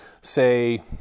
say